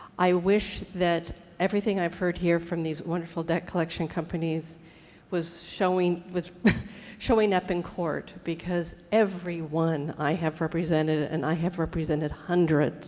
i wish that everything i've heard here from these wonderful debt collection companies was showing was showing up in court because everyone i have represented and i have represented hundreds